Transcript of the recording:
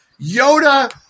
Yoda